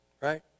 right